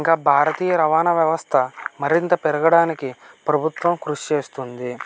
ఇంకా భారతీయ రవాణా వ్యవస్థ మరింత పెరగడానికి ప్రభుత్వం కృషి చేస్తుంది